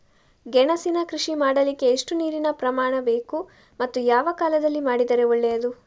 ಗೆಣಸಿನ ಕೃಷಿ ಮಾಡಲಿಕ್ಕೆ ಎಷ್ಟು ನೀರಿನ ಪ್ರಮಾಣ ಬೇಕು ಮತ್ತು ಯಾವ ಕಾಲದಲ್ಲಿ ಮಾಡಿದರೆ ಒಳ್ಳೆಯದು?